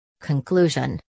Conclusion